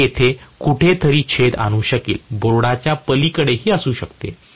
हे येथे कुठेतरी छेद आणू शकेल बोर्डच्या पलीकडेहि असू शकते